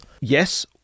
Yes